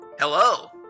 Hello